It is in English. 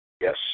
Yes